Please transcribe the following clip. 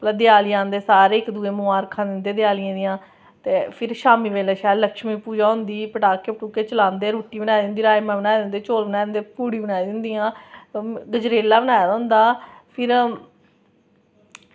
ते जेल्लै देआली आंदी ते सारे इक्क दूऐ गी मबारखां दिंदे देआली दियां ते फिर शामीं बेल्लै शैल लक्ष्मी पूजा होंदी पटाखे चलांदे रुट्टी बनाई दी होंदी राजमांह् बनांदे चौल बनाए दो होंदे पूड़ी बनाई दी होंदियां गजरेला बनाए दा होंदा फिर